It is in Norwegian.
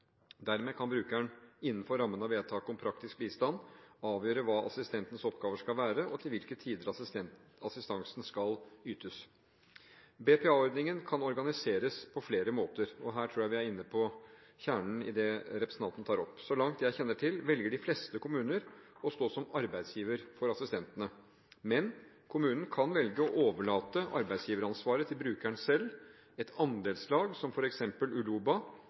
Dermed kan brukeren – innenfor rammen av vedtaket om praktisk bistand – avgjøre hva assistentens oppgaver skal være, og til hvilke tider assistansen skal ytes. BPA-ordningen kan organiseres på flere måter, og her tror jeg vi er inne på kjernen i det representanten tar opp. Så langt jeg kjenner til, velger de fleste kommuner å stå som arbeidsgiver for assistentene, men kommunen kan velge å overlate arbeidsgiveransvaret til brukeren selv, til et andelslag – som f.eks. Uloba